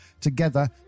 together